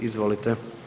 Izvolite.